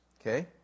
Okay